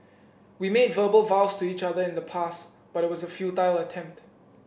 we made verbal vows to each other in the past but it was a futile attempt